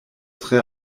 tre